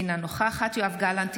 אינה נוכחת יואב גלנט,